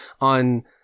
on